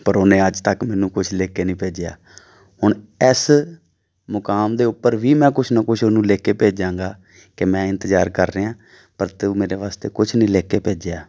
ਪਰ ਉਹਨੇ ਅੱਜ ਤੱਕ ਮੈਨੂੰ ਕੁਛ ਲਿਖ ਕੇ ਨਹੀਂ ਭੇਜਿਆ ਹੁਣ ਇਸ ਮੁਕਾਮ ਦੇ ਉੱਪਰ ਵੀ ਮੈਂ ਕੁਛ ਨਾ ਕੁਛ ਉਹਨੂੰ ਲਿਖ ਕਿ ਭੇਜਾਂਗਾ ਕਿ ਮੈਂ ਇੰਤਜ਼ਾਰ ਕਰ ਰਿਹਾ ਪਰ ਤੂੰ ਮੇਰੇ ਵਾਸਤੇ ਕੁਛ ਨਹੀਂ ਲਿਖ ਕੇ ਭੇਜਿਆ